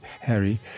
Harry